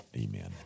Amen